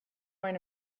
going